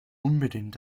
unbedingt